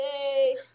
Yay